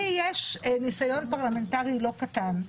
לי יש ניסיון פרלמנטרי לא קטן,